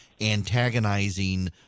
antagonizing